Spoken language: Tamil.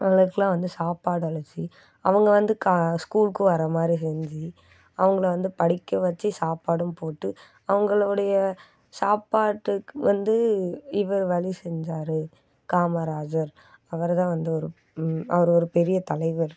அவங்களுக்கெல்லாம் வந்து சாப்பாடு அளிச்சு அவங்க வந்து ஸ்கூலுக்கும் வரமாதிரி செஞ்சு அவங்கள வந்து படிக்க வச்சு சாப்பாடும் போட்டு அவங்களுடைய சாப்பாட்டுக்கு வந்து இவர் வழி செஞ்சார் காமராஜர் அவர் தான் வந்து ஒரு அவர் ஒரு பெரிய தலைவர்